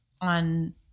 on